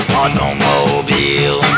automobile